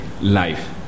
life